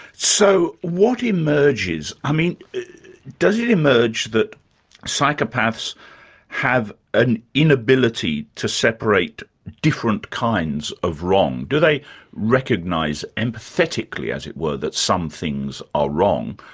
so, what emerges? ah does it emerge that psychopaths have an inability to separate different kinds of wrong? do they recognise, empathetically as it were, that some things are wrong,